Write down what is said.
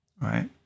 right